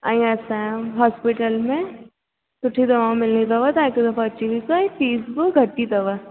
ऐं असांजे हास्पिटल में सुठी दवाऊं मिलंदी अथव तव्हां हिक दफ़ो अची ॾिसो फीस बि घटि ई अथव